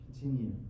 continue